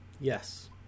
Yes